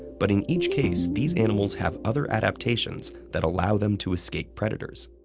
but in each case, these animals have other adaptations that allow them to escape predators.